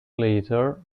later